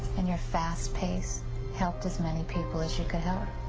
and your fast pace helped as many people as you could help.